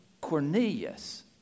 Cornelius